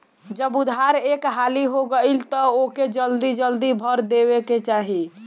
जब उधार एक हाली हो गईल तअ ओके जल्दी जल्दी भर देवे के चाही